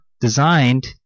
designed